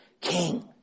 king